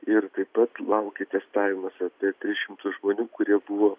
ir taip pat laukia testavimas apie tris šimtus žmonių kurie buvo